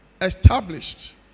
established